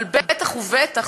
אבל בטח ובטח,